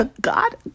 God